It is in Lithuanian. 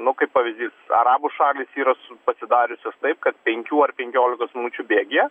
nu kaip pavyzdys arabų šalys yra pasidariusios taip kad penkių ar penkiolikos minučių bėgyje